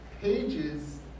pages